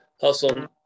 hustle